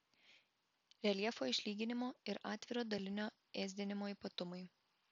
reljefo išlyginimo ir atviro dalinio ėsdinimo ypatumai